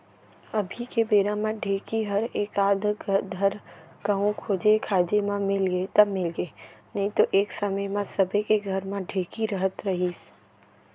अभी के बेरा म ढेंकी हर एकाध धर कहूँ खोजे खाजे म मिलगे त मिलगे नइतो एक समे म सबे के घर म ढेंकी रहत रहिस